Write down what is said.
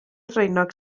ddraenog